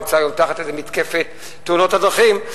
שנמצא היום תחת איזו מתקפת תאונות הדרכים.